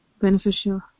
beneficial